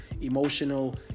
emotional